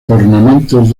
ornamentos